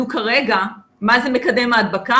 מה זה מקדם ההדבקה,